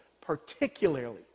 particularly